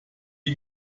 die